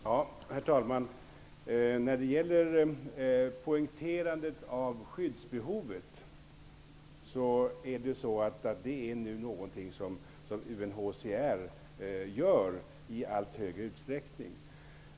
Herr talman! UNHCR poängterar nu skyddsbehovet i allt större utsträckning.